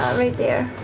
right there.